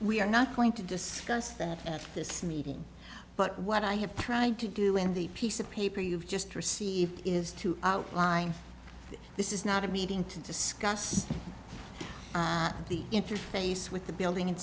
we are not going to discuss that at this meeting but what i have tried to do in the piece of paper you've just received is to outline this is not a meeting to discuss the interface with the building